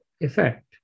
effect